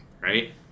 right